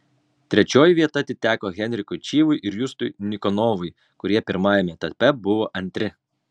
trečioji vieta atiteko henrikui čyvui ir justui nikonovui kurie pirmajame etape buvo antri